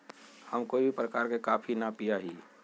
हम कोई भी प्रकार के कॉफी ना पीया ही